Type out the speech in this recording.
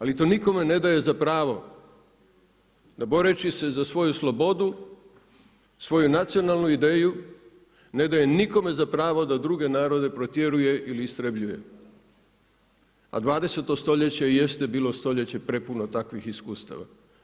Ali to nikom ne daje za pravo, da boreći se za svoju slobodu, svoju nacionalnu ideju, ne daje nikome za pravo da druge narode protjeruje ili istrebljuje, a 20 stoljeće i jeste bilo stoljeće prepuno takvih iskustava.